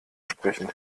sprechen